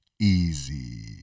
easy